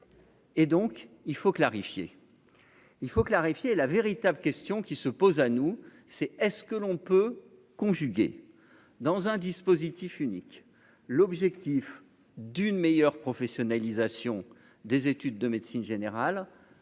Et donc il faut clarifier, il faut clarifier la véritable question qui se pose à nous, c'est est-ce que l'on peut conjuguer dans un dispositif unique l'objectif d'une meilleure professionnalisation des études de médecine générale